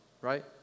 right